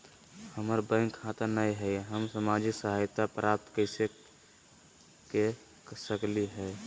हमार बैंक खाता नई हई, हम सामाजिक सहायता प्राप्त कैसे के सकली हई?